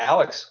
Alex